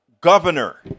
governor